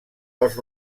pels